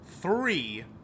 three